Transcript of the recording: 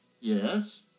Yes